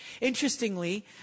Interestingly